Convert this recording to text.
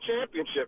championship